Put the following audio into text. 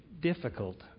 difficult